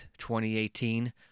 2018